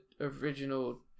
original